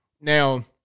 Now